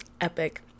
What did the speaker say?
epic